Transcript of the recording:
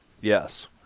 Yes